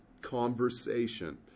conversation